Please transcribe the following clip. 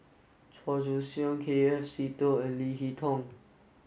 Chua Joon Siang K F Seetoh and Lee Hee Tong